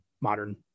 modern